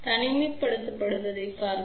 தனிமைப்படுத்துவதைப் பார்ப்போம்